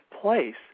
place